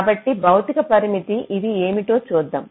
కాబట్టి భౌతిక పరిమితి ఇవి ఏమిటో చూద్దాం